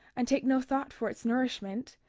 and take no thought for its nourishment,